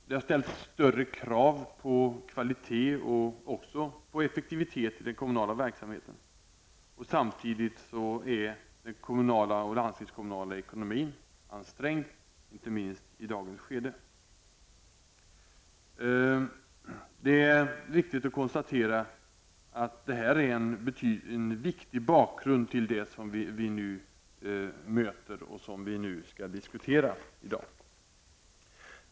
Det har ställts större krav på kvalitet och också på effektivitet i den kommunala verksamheten. Samtidigt är den kommunala och landstingskommunala ekonomin ansträngd, inte minst i dagens läge. Det här är en viktig bakgrund till det som vi nu möter och som vi skall diskutera i dag.